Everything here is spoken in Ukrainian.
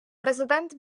президент